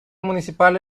municipal